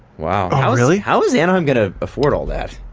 wow really, how was anaheim going to afford all that?